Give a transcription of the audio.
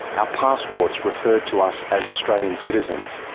ah passports referred to us as australian citizens,